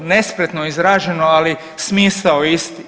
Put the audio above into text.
Nespretno izraženo, ali smisao je isti.